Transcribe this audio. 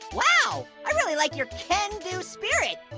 wow, i really like your can do spirit